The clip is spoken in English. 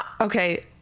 Okay